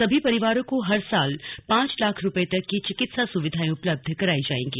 सभी परिवारों को हर साल पांच लाख रूपये तक की चिकित्सा सुविधाएं उपलब्ध करायी जायेंगी